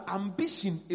ambition